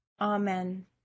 Amen